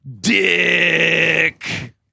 Dick